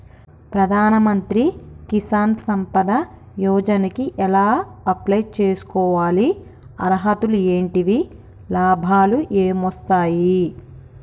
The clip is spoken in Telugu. ప్రధాన మంత్రి కిసాన్ సంపద యోజన కి ఎలా అప్లయ్ చేసుకోవాలి? అర్హతలు ఏంటివి? లాభాలు ఏమొస్తాయి?